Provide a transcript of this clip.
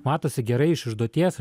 matosi gerai iš užduoties